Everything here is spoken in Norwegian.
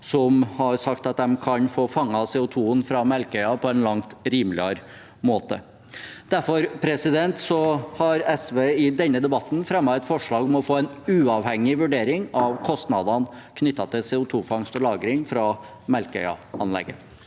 som har sagt at de kan få fanget CO2-en fra Melkøya på en langt rimeligere måte. Derfor har SV i denne debatten fremmet et forslag om å få en uavhengig vurdering av (presidenten klubber) kostnadene knyttet til CO2-fangst og -lagring fra Melkøya-anlegget.